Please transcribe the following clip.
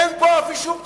אין כאן שום דרוזי.